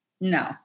No